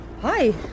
Hi